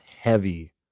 heavy